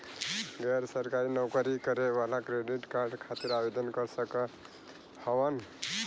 गैर सरकारी नौकरी करें वाला क्रेडिट कार्ड खातिर आवेदन कर सकत हवन?